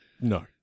No